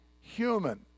human